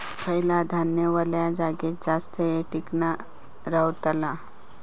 खयला धान्य वल्या जागेत जास्त येळ टिकान रवतला?